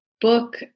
book